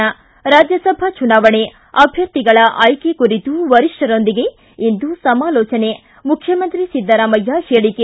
ಿ ರಾಜ್ಯಸಭಾ ಚುನಾವಣೆ ಅಭ್ವರ್ಥಿಗಳ ಆಯ್ಕೆ ಕುರಿತು ವರಿಷ್ಠರೊಂದಿಗೆ ಇಂದು ಸಮಾಲೋಚನೆ ಮುಖ್ಯಮಂತ್ರಿ ಸಿದ್ದರಾಮಯ್ಯ ಹೇಳಿಕೆ